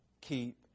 keep